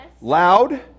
Loud